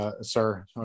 Sir